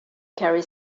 carry